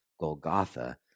Golgotha